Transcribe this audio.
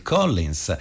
Collins